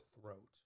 throat